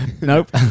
Nope